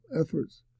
efforts